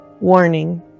Warning